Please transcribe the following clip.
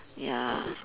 ya